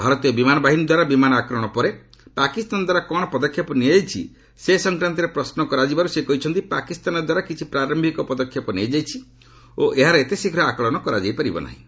ଭାରତୀୟ ବିମାନ ବାହିନୀଦ୍ୱାରା ବିମାନ ଆକ୍ରମଣ ପରେ ପାକିସ୍ତାନଦ୍ୱାରା କ'ଣ ପଦକ୍ଷେପ ନିଆଯାଇଛି ସେ ସଂକ୍ରାନ୍ତରେ ପ୍ରଶ୍ନ କରାଯିବାରୁ ସେ କହିଛନ୍ତି ପାକିସ୍ତାନଦ୍ୱାରା କିଛି ପ୍ରାରୟିକ ପଦକ୍ଷେପ ନିଆଯାଇଛି ଓ ଏହାର ଏତେଶୀଘ୍ର ଆକଳନ କରାଯାଇପାରିବ ନାହିଁ